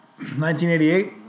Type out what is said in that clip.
1988